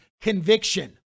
Conviction